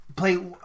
Play